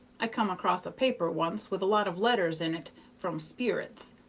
i come across a paper once with a lot of letters in it from sperits,